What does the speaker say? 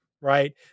right